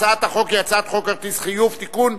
הצעת החוק היא הצעת חוק כרטיסי חיוב (תיקון,